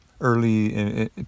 early